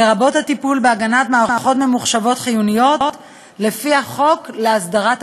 לרבות הטיפול בהגנת מערכות ממוחשבות חיוניות לפי החוק להסדרת הביטחון.